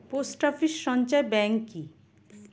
Post office সঞ্চয় bank কি?